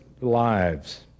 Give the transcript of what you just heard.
lives